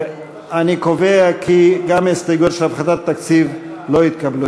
אני קובע כי גם ההסתייגויות של הפחתת התקציב לא התקבלו.